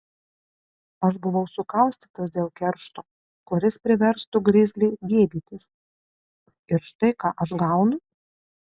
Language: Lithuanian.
aš buvau sukaustytas dėl keršto kuris priverstų grizlį gėdytis ir štai ką aš gaunu